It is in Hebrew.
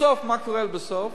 מה קורה בסוף?